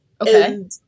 okay